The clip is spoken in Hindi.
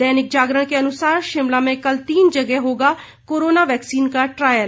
दैनिक जागरण के अनुसार शिमला में कल तीन जगह होगा कोरोना वैक्सीन का ट्रायल